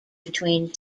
between